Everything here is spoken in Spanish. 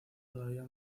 todavía